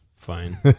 fine